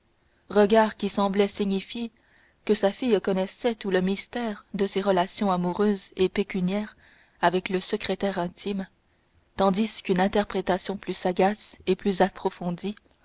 regards qui semblaient signifier que sa fille connaissait tout le mystère de ses relations amoureuses et pécuniaires avec le secrétaire intime tandis qu'une interprétation plus sagace et plus approfondie